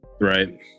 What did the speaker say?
Right